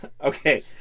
okay